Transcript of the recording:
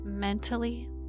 Mentally